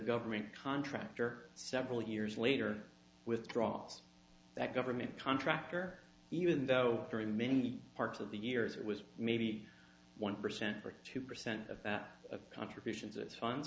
government contractor several years later withdraw that government contractor even though very many parts of the years it was maybe one percent or two percent of that of contributions it's